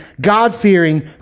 God-fearing